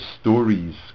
stories